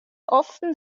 often